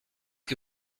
que